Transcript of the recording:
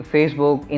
Facebook